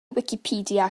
wicipedia